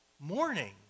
morning